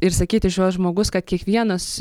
ir sakyti šiuos žmogus kad kiekvienas